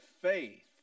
faith